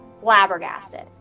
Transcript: flabbergasted